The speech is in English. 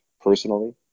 personally